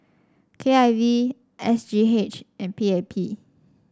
K I V S G H and P A P